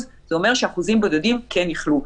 זה אומר שאחוזים בודדים כן ייחלו.